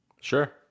Sure